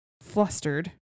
flustered